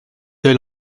elle